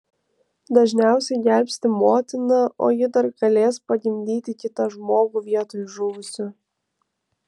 dažniausiai gelbsti motiną o ji dar galės pagimdyti kitą žmogų vietoj žuvusio